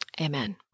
Amen